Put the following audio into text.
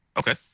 okay